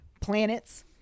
planets